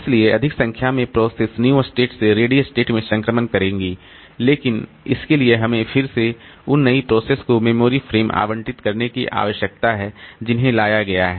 इसलिए अधिक संख्या में प्रोसेस न्यू स्टेट से रेडी स्टेट में संक्रमण करेंगी लेकिन इसके लिए हमें फिर से उन नई प्रोसेस को मेमोरी फ्रेम आवंटित करने की आवश्यकता है जिन्हें लाया गया है